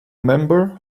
member